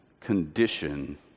condition